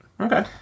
Okay